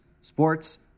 sports